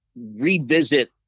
revisit